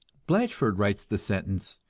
blatchford writes the sentence,